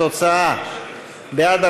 התוצאה: בעד,